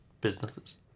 businesses